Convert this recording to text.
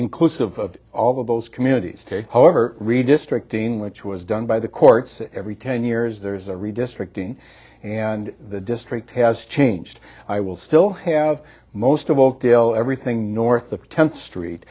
inclusive of all of those communities however redistricting which was done by the courts every ten years there's a redistricting and the district has changed i will still have most of all till everything north of tenth street